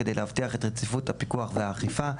כדי להבטיח את רציפות הפיקוח והאכיפה.